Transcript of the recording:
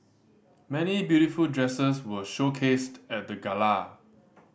many beautiful dresses were showcased at the gala